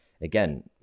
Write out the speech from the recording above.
again